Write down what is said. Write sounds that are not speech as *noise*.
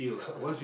*laughs*